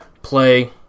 play